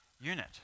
unit